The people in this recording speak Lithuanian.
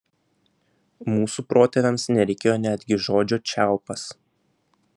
mūsų protėviams nereikėjo netgi žodžio čiaupas